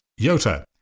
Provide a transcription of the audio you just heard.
Yota